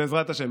בעזרת השם.